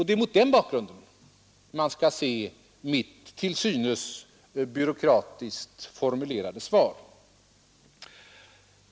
Det är mot den bakgrunden man skall se mitt till synes byråkratiskt formulerade svar.